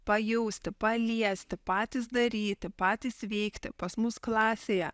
pajausti paliesti patys daryti patys veikti pas mus klasėje